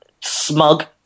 smug